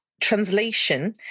translation